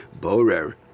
borer